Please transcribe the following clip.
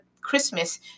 christmas